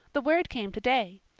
the word came today.